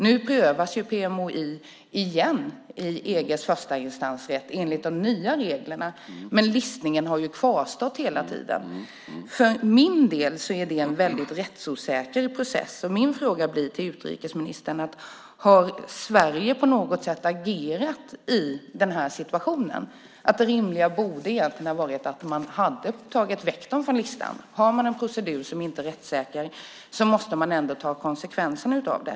Nu prövas PMOI igen i EG:s förstainstansrätt enligt de nya reglerna, men listningen har kvarstått hela tiden. Jag anser att det är en väldigt rättsosäker process. Min fråga till utrikesministern blir: Har Sverige på något sätt agerat i den här situationen? Det rimliga borde egentligen ha varit att ta bort dem från listan. Har man en procedur som inte är rättssäker måste man ta konsekvenserna av det.